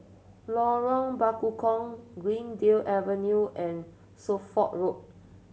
Lorong Bekukong Greendale Avenue and Suffolk Road